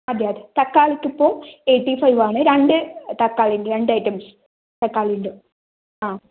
അതെ അതെ തക്കാളിക്ക് ഇപ്പൊൾ എയ്റ്റി ഫൈവ് ആണ് രണ്ട് തക്കാളിയുണ്ട് രണ്ട് ഐറ്റംസ് തക്കാളി ഉണ്ട്